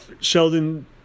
Sheldon